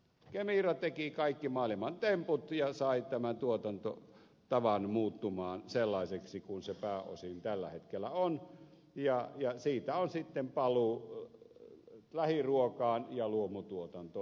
kemira teki kaikki maailman temput ja sai tämän tuotantotavan muuttumaan sellaiseksi kuin se pääosin tällä hetkellä on ja siitä on sitten paluu lähiruokaan ja luomutuotantoon